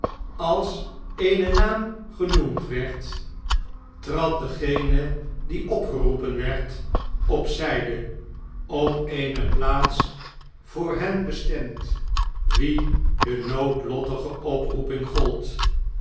als eene naam genoemd werd trad degene die opgeroepen werd op zjjde op eene plaats voor hen bestemd wie de noodlottige oproeping gold